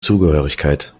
zugehörigkeit